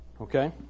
okay